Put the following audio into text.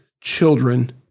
children